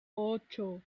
ocho